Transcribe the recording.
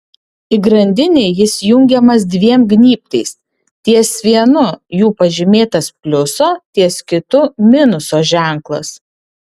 į grandinę jis jungiamas dviem gnybtais ties vienu jų pažymėtas pliuso ties kitu minuso ženklas